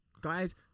Guys